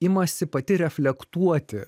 imasi pati reflektuoti